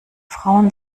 frauen